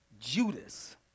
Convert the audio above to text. Judas